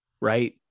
right